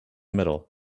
middle